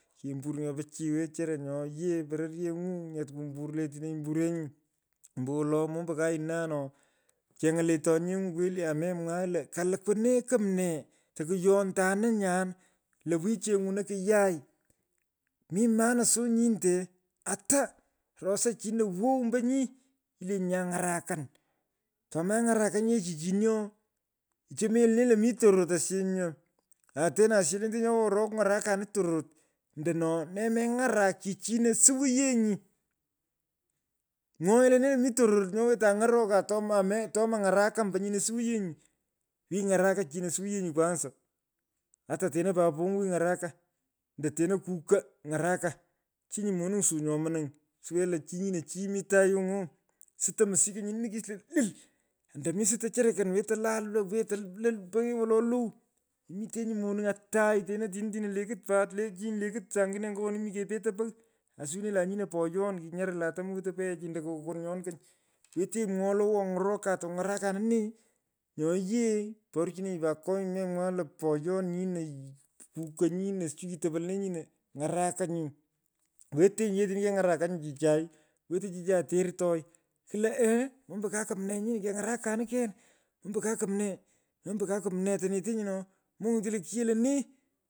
Kembur nyo pichiy wechara. nyo yee. pororyeny’u nyaa kumbur. letino mburenyi. Ombowolo. mombo kaina no. cheng’o to le nyeny’u kwoliame mwaai lo kulukwu nee kumnee tokuyontanini yan lo wi cheng’uno kiyai. mi maana so nyinte. ata rosa chino wow ombo nyi ilenyi nya ny’arakan tomeny’arukunyi yee chichino chamenyi lene lo mi tororot asiyech nyaa. ateno asiyech. lenteni roko kung’arakanin tororot. Nemeny’arak chichino siwiyenyi. Mwoghenyi lone lo mi tororot nyo wetan suwiyenyi. wi ny’araka chichino suwiyenyi kwanza ata teno kuku. ng’araka. chinyi moning suu nyo mniny. suwinenyii lo chi nyino chi mi tayung’u. sutoi msiko nyini nukis lo lol ando mi sutoi cherokon wetei lalwa. weteiplal peghee wolo low. Imitenyi monung atai tinin tino lekit pat lenchinyi nlekit saangine ngo woni mi kepetei pegh. aa sowinenyi lo anyino poyon kinyarilatu miweteni peghechi ondo ko kokonyonko. Wetenyi mwoghoi lo awo wetan ng’orokoi takuny’uakanin. Nyu yee porchinonyi pat konyut me mwagh lo poyon nyino. kuka nyino. sichai kitopo lenee nyino. ny’arakanyi. Wetenyi yee otini keng’arakanyi chichai. wetoi chichai tertoi. kulo. ee. mambo ka kumnee nyini keny’arakanin ken. mombo ka kumnee. mombo ka kumnee to netenyi no monyitenye lo kigho lenee.